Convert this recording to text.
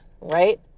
right